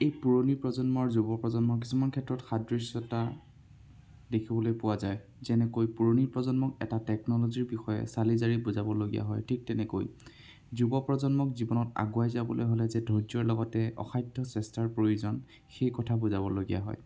এই পুৰণি প্ৰজন্ম আৰু যুৱ প্ৰজন্মৰ কিছুমান ক্ষেত্ৰত সাদৃশ্যতা দেখিবলৈ পোৱা যায় যেনেকৈ পুৰণি প্ৰজন্মক এটা টেকন'লজিৰ বিষয়ে চালিজাৰি বুজাবলগীয়া হয় ঠিক তেনেকৈ যুৱ প্ৰজন্মক জীৱনত আগুৱাই যাবলৈ হ'লে যে ধৈৰ্য্যৰ লগতে অসাধ্য চেষ্টাৰ প্ৰয়োজন সেই কথা বুজাবলগীয়া হয়